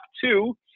two